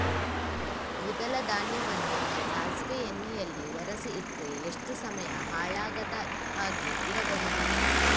ದ್ವಿದಳ ಧಾನ್ಯವನ್ನ ಸಾಸಿವೆ ಎಣ್ಣೆಯಲ್ಲಿ ಒರಸಿ ಇಟ್ರೆ ಎಷ್ಟು ಸಮಯ ಹಾಳಾಗದ ಹಾಗೆ ಇಡಬಹುದು?